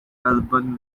melbourne